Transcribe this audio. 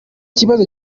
kibazo